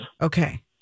Okay